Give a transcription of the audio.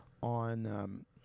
on